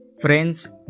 friends